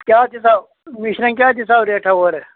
کیٛاہ دِژٕہاو مِشِریٚن کیٛاہ دِژٕہاو ریٹھا اورٕ